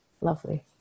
Lovely